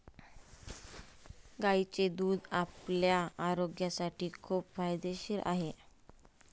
गायीचे दूध आपल्या आरोग्यासाठी खूप फायदेशीर आहे